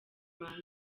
rwanda